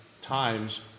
times